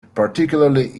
particularly